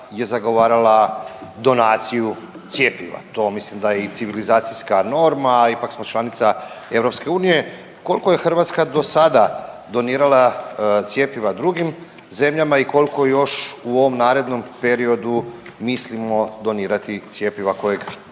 Hrvatska je zagovarala donaciju cjepiva, to mislim da je i civilizacijska norma, ipak smo članica EU. Koliko je Hrvatska do sada donirala cjepiva drugim zemljama i koliko još u ovom narednom periodu mislimo donirati cjepiva kojeg,